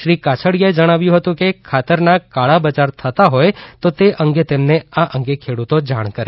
શ્રી કાછડીયાએ જણાવ્યું હતું કે ખાતરના કાળાબજાર થતા હોય તો તે અંગે તેમને આ અંગે ખેડૂતો જાણ કરે